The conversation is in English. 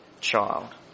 child